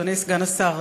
אדוני סגן השר,